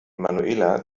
manuela